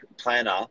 planner